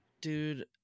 dude